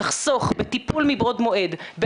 תחסוך בטיפול מבעוד מועד,